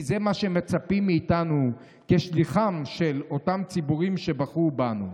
כי זה מה שמצפים מאיתנו כשליחם של אותם ציבורים שבחרו בנו.